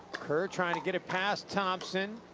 kerr trying to get it past thompson.